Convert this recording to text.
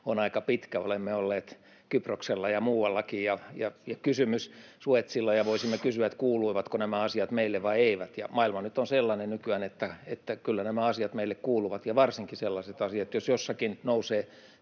on aika pitkä. Olemme olleet Kyproksella ja muuallakin [Kimmo Kiljunen: Suezilla!] — Suezilla — ja voisimme kysyä, kuuluvatko nämä asiat meille vai eivät. Maailma nyt on sellainen nykyään, että kyllä nämä asiat meille kuuluvat, ja varsinkin sellaiset asiat, jos jossakin nousee